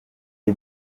est